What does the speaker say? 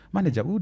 Manager